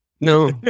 no